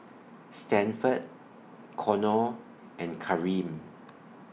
Stanford Conor and Kareem